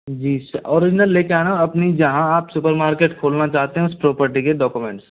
जी sir original लेके आना अपनी जहाँ आप सुपरमार्केट खोलना चाहते हैं उस प्रॉपर्टी के डॉक्यूमेंट्स